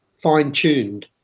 fine-tuned